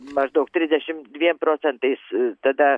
maždaug trisdešimt dviem procentais tada